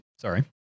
Sorry